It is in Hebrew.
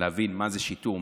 להבין מה זה שיטור,